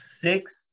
six